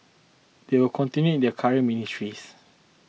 they will continue in their current ministries